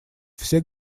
все